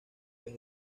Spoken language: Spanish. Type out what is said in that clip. vez